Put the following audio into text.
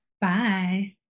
Bye